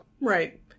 Right